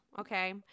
okay